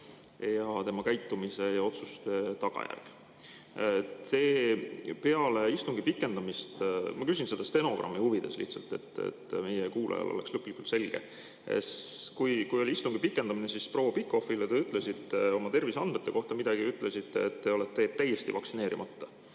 tema käitumise ja otsuste tagajärg. Ma küsin stenogrammi huvides lihtsalt, et meie kuulajale oleks lõplikult selge. Kui oli istungi pikendamine, siis proua Pikhofile te ütlesite oma terviseandmete kohta midagi ja ütlesite, et te olete täiesti vaktsineerimata.